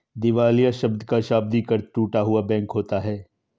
दिवालिया शब्द का शाब्दिक अर्थ टूटा हुआ बैंक होता है